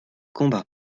combat